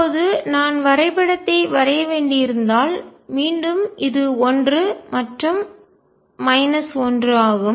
இப்போது நான் வரைபடத்தை வரைய வேண்டியிருந்தால் மீண்டும் இது 1 மற்றும் 1 ஆகும்